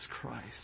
Christ